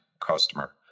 customer